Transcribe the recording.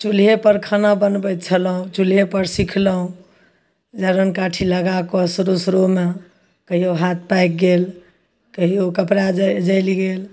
चुल्हेपर खाना बनबय छलहुँ चुल्हेपर सिखलहुँ जारन काठी लगाकऽ शुरू शुरूमे कहियो हाथ पाकि गेल कहियो कपड़ा ज जलि गेल